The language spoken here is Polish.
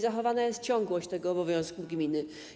Zachowana jest ciągłość obowiązku gminy.